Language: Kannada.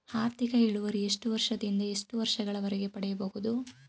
ಆರ್ಥಿಕ ಇಳುವರಿ ಎಷ್ಟು ವರ್ಷ ದಿಂದ ಎಷ್ಟು ವರ್ಷ ಗಳವರೆಗೆ ಪಡೆಯಬಹುದು?